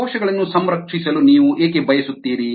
ಕೋಶಗಳನ್ನು ಸಂರಕ್ಷಿಸಲು ನೀವು ಏಕೆ ಬಯಸುತ್ತೀರಿ